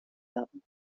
werden